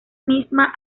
misma